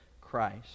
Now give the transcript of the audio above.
Christ